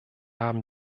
haben